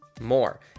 more